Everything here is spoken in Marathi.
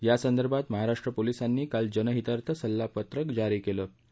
ब्रासंदर्भात महाराष्ट्र पोलीसांनी काल जनहितार्थ सल्लापत्रक जारी कव्वि